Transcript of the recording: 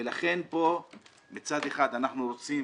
ולכן פה מצד אחד אנחנו רוצים